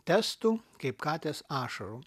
testų kaip katės ašarų